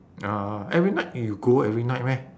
uh every night you go every night meh